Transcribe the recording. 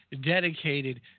dedicated